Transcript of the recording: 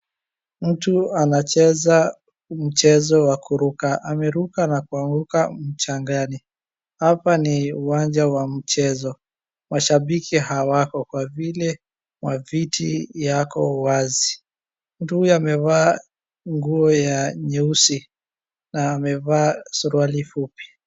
Mtu anacheza mchezo wa kuruka. Ameruka na kuanguka mchangani. Hapa ni uwanja wa mchezo. Mashambiki hawako kwa vile maviti yako wazi. Mtu huyu amevaa nguo ya nyeusi na amevaa suruali fupi.